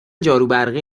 جاروبرقی